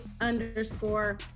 underscore